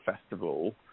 festival